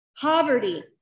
poverty